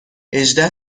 هجده